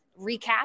recap